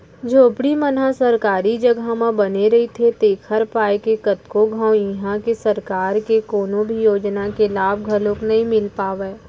झोपड़ी मन ह सरकारी जघा म बने रहिथे तेखर पाय के कतको घांव इहां के सरकार के कोनो भी योजना के लाभ घलोक नइ मिल पावय